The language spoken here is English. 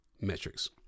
metrics